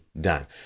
done